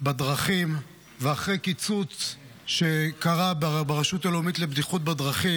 בדרכים ואחרי קיצוץ שקרה ברשות הלאומית לבטיחות בדרכים,